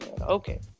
okay